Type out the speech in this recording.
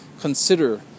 consider